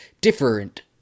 different